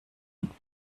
und